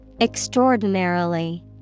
Extraordinarily